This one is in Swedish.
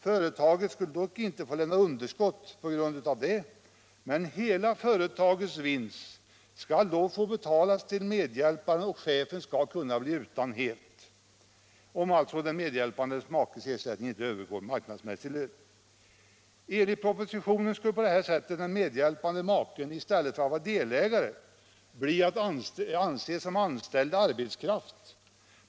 Företaget skall dock inte få lämna underskott på grund härav, men företagets hela vinst skall få betalas till medhjälparen och chefen skall helt kunna bli utan, om alltså den medhjälpande makens ersättning inte överstiger marknadsmässig lön. Enligt propositionen skulle på detta sätt den medhjälpande maken i stället för att vara delägare bli vad man kan anse som anställd arbetskraft.